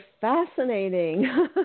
fascinating